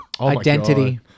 Identity